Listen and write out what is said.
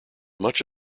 much